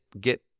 get